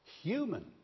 human